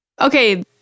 Okay